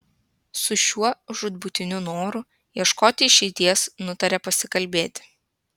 su šiuo žūtbūtiniu noru ieškoti išeities nutarė pasikalbėti